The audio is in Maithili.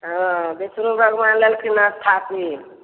हँ बिष्णु भगवान लेलखिन स्थापित